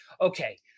Okay